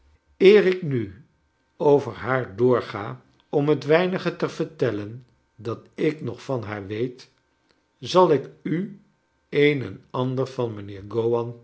ik nu over haar doorga om het weinige te vertellen dat ik nog van haar weet zal ik u een en ander van mijnheer